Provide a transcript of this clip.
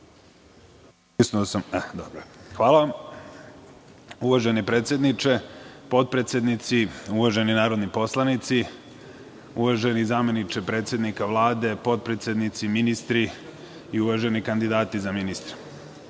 Uvaženi predsedniče, potpredsednici, uvaženi narodni poslanici, uvaženi zameniče predsednika Vlade, potpredsednici, ministri i uvaženi kandidati za ministre,